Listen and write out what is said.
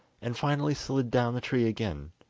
and finally slid down the tree again,